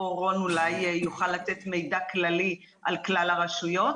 ופה רון אולי יוכל לתת מידע כללי על כלל הרשויות,